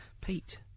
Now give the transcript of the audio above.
Pete